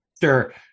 sure